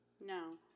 No